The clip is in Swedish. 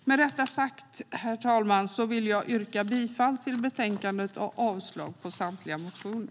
Med detta sagt, herr talman, vill jag yrka bifall till utskottets förslag i betänkandet och avslag på samtliga motioner.